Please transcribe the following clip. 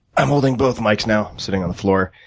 i'm holding both mics now, sitting on the floor,